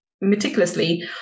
meticulously